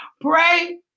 pray